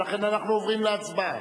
ולכן אנחנו עוברים להצבעה.